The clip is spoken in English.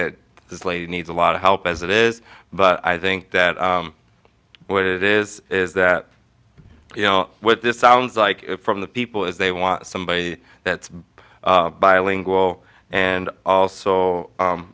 that this lady needs a lot of help as it is but i think that what it is is that you know what this sounds like from the people as they want somebody that's a bilingual and also